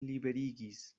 liberigis